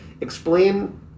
explain